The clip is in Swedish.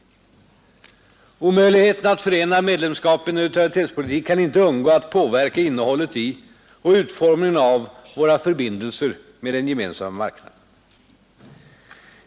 förhandlingar Omöjligheten att förena medlemskap med neutralitetspolitik kan inte 4 mellan Sverige undgå att påverka innehållet i och utformningen av våra förbindelser med och EEC Gemensamma marknaden.